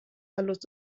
verlust